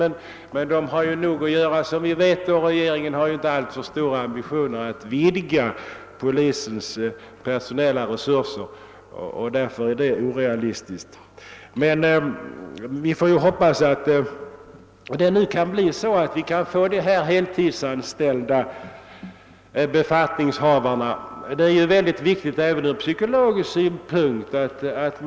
Den har emellertid tillräckligt att göra, och vi vet att regeringen inte har alltför stora ambitioner att vidga polisens personella resurser. Det förslaget var därför orealistiskt. Vi får emellertid hoppas att vi kan få heltidsanställda kommunala be fattningshavare, vilket från psykologisk synpunkt är viktigt.